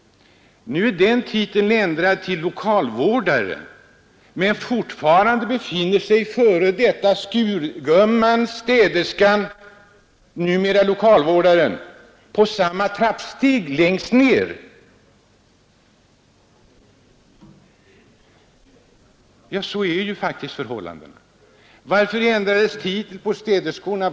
Nu är den ändrad till lokalvårdare, men fortfarande befinner sig före detta skurgumman, städerskan, på samma trappsteg, längst ner, Varför ändrades titeln på städerskorna?